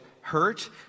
hurt